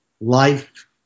life